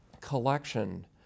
collection